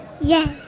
Yes